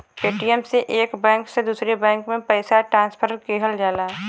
Paytm से एक bank से दूसरे बैंक में पइसा ट्रांसफर किहल जाला